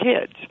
kids